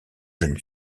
jeunes